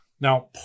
Now